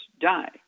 die